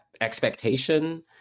expectation